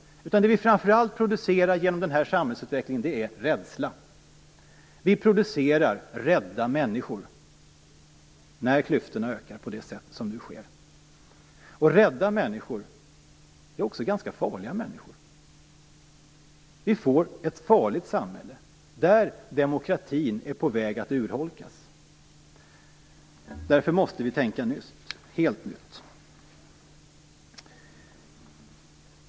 Det vi framför allt producerar genom den samhällsutvecklingen är rädsla. Vi producerar rädda människor när klyftorna ökar på det sätt som nu sker. Rädda människor är också ganska farliga människor. Vi får ett farligt samhälle där demokratin är på väg att urholkas. Därför måste vi tänka helt nytt.